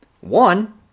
One